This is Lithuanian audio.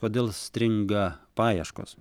kodėl stringa paieškos